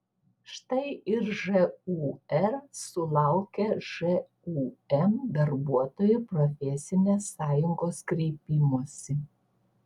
štai ir žūr sulaukė žūm darbuotojų profesinės sąjungos kreipimosi